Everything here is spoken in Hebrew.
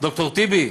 ד"ר טיבי,